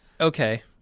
Okay